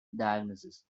diagnosis